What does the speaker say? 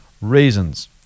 reasons